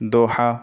Doha